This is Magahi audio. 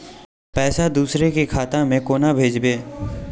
पैसा दूसरे के खाता में केना भेजबे?